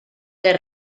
del